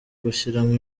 gushyiramo